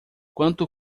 quanto